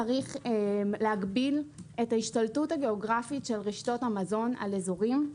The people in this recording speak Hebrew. צריך להגביל את ההשתלטות הגאוגרפית של רשתות המזון על אזורים,